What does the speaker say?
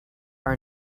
our